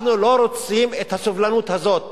אנחנו לא רוצים את הסובלנות הזאת,